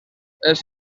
els